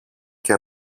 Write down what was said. και